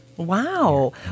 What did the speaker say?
Wow